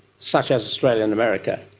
such as australia and america,